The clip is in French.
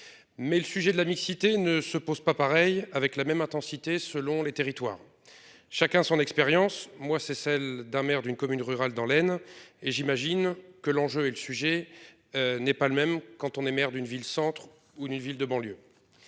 Mais le sujet de la mixité ne se pose pas pareil avec la même intensité selon les territoires. Chacun son expérience moi c'est celle d'un maire d'une commune rurale dans l'aine et j'imagine que l'enjeu et le sujet. N'est pas le même quand on est maire d'une ville centre ou des villes de banlieue.